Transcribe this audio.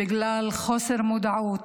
בגלל חוסר מודעות,